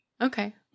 Okay